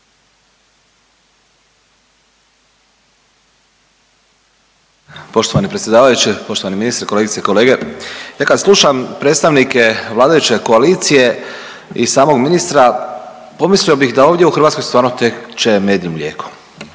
Poštovani predsjedavajući, poštovani ministre, kolegice i kolege. Ja kad slušam predstavnike vladajuće koalicije i samog ministra pomislio bih da ovdje u Hrvatskoj stvarno teče med i mlijeko.